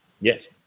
Yes